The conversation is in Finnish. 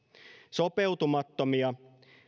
sopeutumattomia